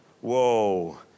Whoa